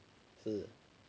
um